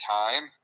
time